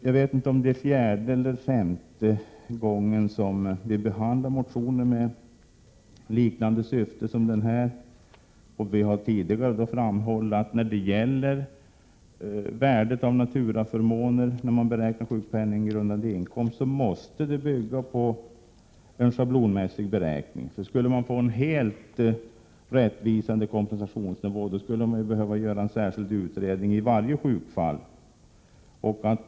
Jag vet inte om det är fjärde eller femte gången som vi behandlar motioner med liknande syfte som denna, och vi har tidigare framhållit att när det gäller värdet av naturaförmåner vid beräkning av sjukpenninggrundande inkomst måste man bygga på en schablonmässig beräkning. För att få en helt rättvisande kompensationsnivå skulle man behöva göra en särskild utredning i varje sjukfall.